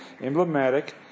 emblematic